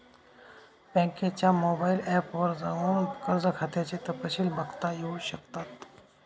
बँकेच्या mobile app वर जाऊन कर्ज खात्याचे तपशिल बघता येऊ शकतात